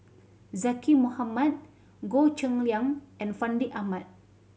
Zaqy Mohamad Goh Cheng Liang and Fandi Ahmad